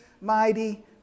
mighty